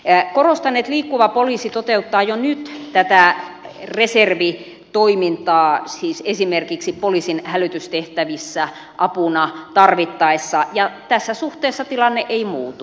korostan että liikkuva poliisi toteuttaa jo nyt tätä reservitoimintaa siis esimerkiksi poliisin hälytystehtävissä apuna tarvittaessa ja tässä suhteessa tilanne ei muutu